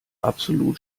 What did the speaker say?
absolut